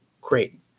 Great